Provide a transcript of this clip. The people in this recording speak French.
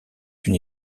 une